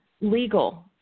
legal